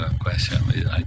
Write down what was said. question